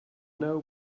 know